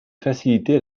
faciliter